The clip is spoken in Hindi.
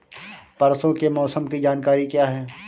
परसों के मौसम की जानकारी क्या है?